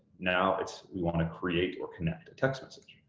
now it's we want to create or connect a text message.